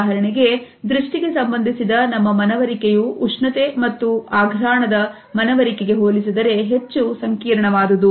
ಉದಾಹರಣೆಗೆ ದೃಷ್ಟಿಗೆ ಸಂಬಂಧಿಸಿದ ನಮ್ಮ ಮನವರಿಕೆಯು ಉಷ್ಣತೆ ಮತ್ತು ಅಘರಾಣಾದ ಮನವರಿಕೆಗೆ ಹೋಲಿಸಿದರೆ ಹೆಚ್ಚು ಸಂಕೀರ್ಣವಾದುದು